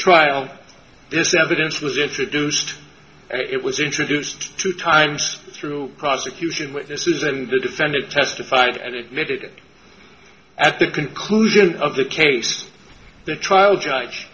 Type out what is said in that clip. trial this evidence was introduced it was introduced two times through prosecution witnesses and the defendant testified and it vetted at the conclusion of the case the trial judge